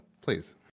please